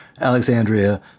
Alexandria